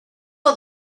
for